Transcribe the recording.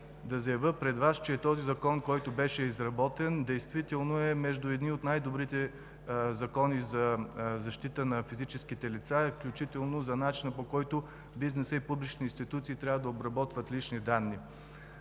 да заявя пред Вас, че този закон, който беше изработен, действително е между едни от най-добрите закони за защита на физическите лица, включително за начина, по който бизнесът и публичните институции трябва да обработват лични данни.